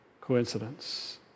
coincidence